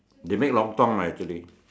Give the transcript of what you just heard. they make lontong lah actually